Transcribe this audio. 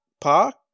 Park